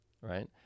Right